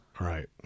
right